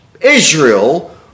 Israel